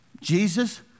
Jesus